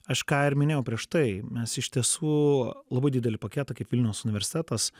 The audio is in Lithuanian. aš ką ir minėjau prieš tai mes iš tiesų labai didelį paketą kaip vilniaus universitetas